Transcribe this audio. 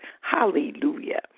Hallelujah